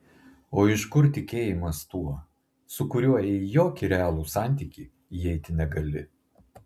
o iš kur tikėjimas tuo su kuriuo į jokį realų santykį įeiti negali